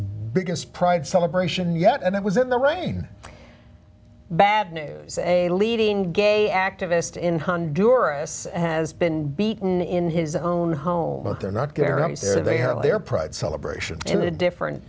biggest pride celebration yet and it was in the rain bad news a leading gay activist in honduras has been beaten in his own home but they're not going to they have their pride celebration in a different